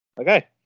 okay